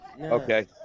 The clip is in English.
Okay